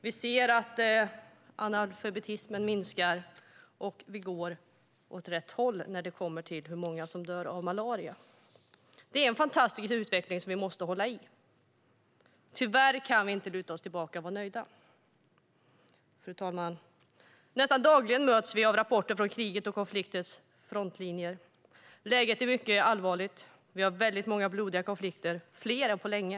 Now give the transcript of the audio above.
Vi ser att analfabetismen minskar, och vi går åt rätt håll när det gäller hur många som dör av malaria. Detta är en fantastisk utveckling, som vi måste hålla i. Tyvärr kan vi inte luta oss tillbaka och vara nöjda. Fru talman! Nästan dagligen möts vi av rapporter från krigens och konflikternas frontlinjer. Läget är mycket allvarligt med många blodiga konflikter - fler än på länge.